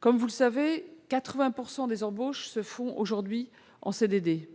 Comme vous le savez, 80 % à 85 % des embauches se font aujourd'hui en CDD,